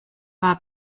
war